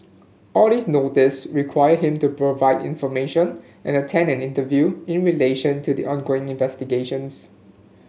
all these Notices require him to provide information and attend an interview in relation to the ongoing investigations